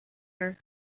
her